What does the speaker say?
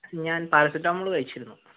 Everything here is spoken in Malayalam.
ഞാൻ പാരസിറ്റമോൾ കഴിച്ചിരുന്നു